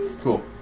Cool